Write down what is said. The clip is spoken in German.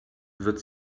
wird